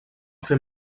fer